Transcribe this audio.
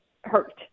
hurt